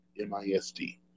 MISD